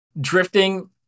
drifting